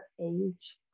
age